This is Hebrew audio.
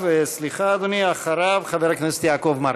סליחה, אדוני, אחריו, חבר הכנסת יעקב מרגי.